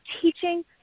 teaching